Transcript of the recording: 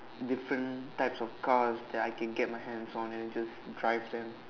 different types of cars that I can get my hands on and just drive them